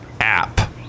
App